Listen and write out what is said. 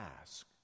ask